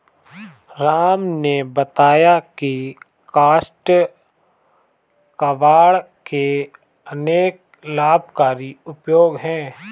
राम ने बताया की काष्ठ कबाड़ के अनेक लाभकारी उपयोग हैं